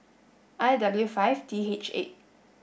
I W five D H eight